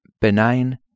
benign